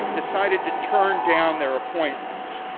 decided to turn down their appointments.